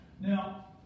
Now